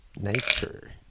nature